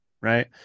Right